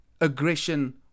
aggression